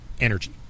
energy